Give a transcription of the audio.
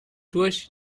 durch